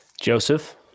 Joseph